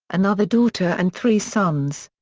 another daughter and three sons.